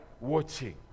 watching